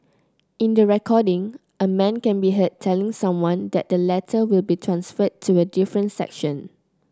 in the recording a man can be heard telling someone that the latter will be transferred to a different section